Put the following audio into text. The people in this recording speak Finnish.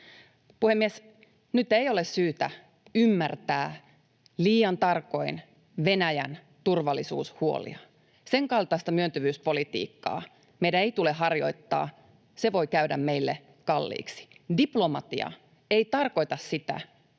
Puhemies! Nyt ei ole syytä ymmärtää liian tarkoin Venäjän turvallisuushuolia. Sen kaltaista myöntyvyyspolitiikkaa meidän ei tule harjoittaa — se voi käydä meille kalliiksi. Diplomatia ei tarkoita sitä,